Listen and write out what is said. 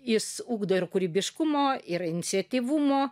jis ugdo ir kūrybiškumo ir iniciatyvumo